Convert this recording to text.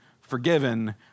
forgiven